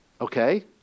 Okay